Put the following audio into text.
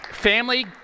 Family